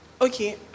Okay